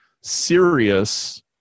serious